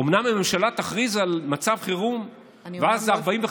אומנם הממשלה תכריז על מצב חירום ואז 45,